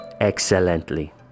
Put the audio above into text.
excellently